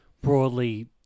broadly